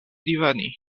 diveni